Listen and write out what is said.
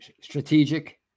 strategic